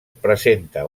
presenta